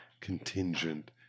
contingent